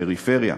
פריפריה.